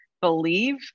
believe